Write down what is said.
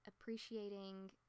appreciating